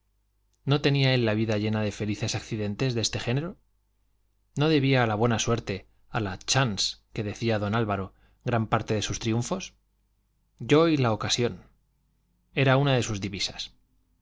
no tenía él la vida llena de felices accidentes de este género no debía a la buena suerte a la chance que decía don álvaro gran parte de sus triunfos yo y la ocasión era una de sus divisas